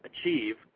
achieve